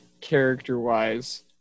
character-wise